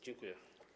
Dziękuję.